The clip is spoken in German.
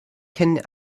kennen